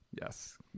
Yes